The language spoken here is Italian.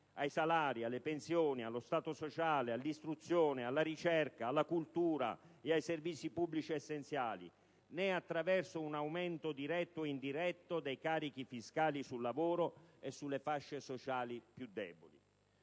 ai salari, alle pensioni, allo stato sociale, all'istruzione, alla ricerca, alla cultura e ai servizi pubblici essenziali né attraverso un aumento diretto o indiretto dei carichi fiscali sul lavoro e sulle fasce sociali più deboli.